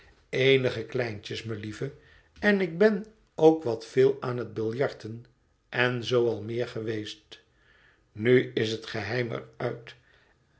eenige kleintjes melieve en ik ben ook wat veel aan het biljarten en zoo al meer geweest nu is het geheim er uit